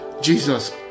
Jesus